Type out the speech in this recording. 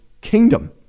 kingdom